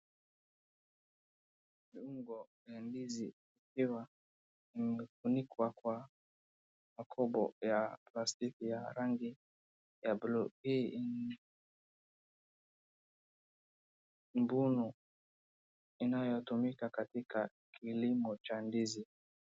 Viungo vya ndizi imeiva imefunikwa kwa makobo ya plastiki ya rangi ya buluu. Hii ni mbinu inayotumika katika kilimo cha ndizi.